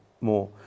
more